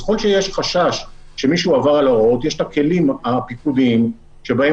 ככל שיש חשש שמישהו עבר על ההוראות יש את הכלים הפיקודיים שבהם